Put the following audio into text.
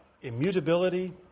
immutability